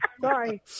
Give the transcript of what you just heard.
Sorry